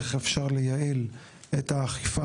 איך אפשר לייעל את האכיפה,